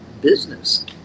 business